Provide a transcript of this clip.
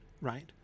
right